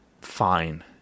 fine